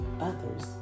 others